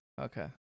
Okay